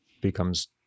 becomes